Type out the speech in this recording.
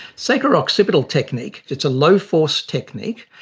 sacro occipital technique, it's a low-force technique,